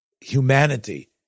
humanity